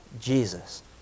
Jesus